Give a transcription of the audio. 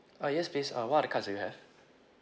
ah yes please uh what are the cards that you have